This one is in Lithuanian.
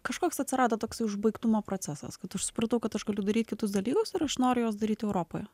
kažkoks atsirado toks užbaigtumo procesas kad aš supratau kad aš galiu daryt kitus dalykus ir aš noriu juos daryt europoje